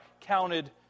counted